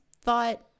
thought